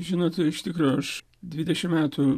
žinot iš tikro aš dvidešimt metų